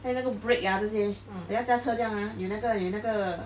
还有那个 brake ah 这些好像驾车这样 ah 有那个有那个